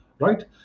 right